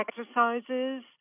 exercises